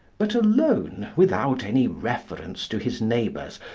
but alone, without any reference to his neighbours,